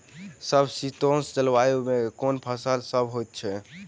समशीतोष्ण जलवायु मे केँ फसल सब होइत अछि?